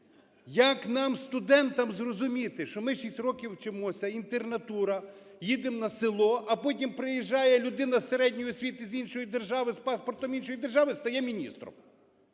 як нам, студентам, зрозуміти, що ми шість років вчимося, інтернатура, їдемо на село, а потім приїжджає людина з середньою освітою з іншої держави з паспортом іншої держави – стає міністром!